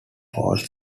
falls